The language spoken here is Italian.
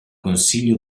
consiglio